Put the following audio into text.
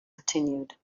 continued